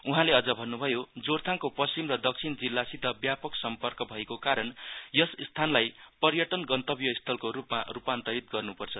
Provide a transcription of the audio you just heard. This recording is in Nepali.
उहाँले अझ भन्नभयोजोरथाङको पश्चिम र दक्षिण जिल्लासित व्यापक सर्म्पक भएको कारण यस स्थानलाई पर्यटन गन्तव्य स्थलको रुपमा रुपान्तरित गर्नुपर्छ